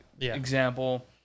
example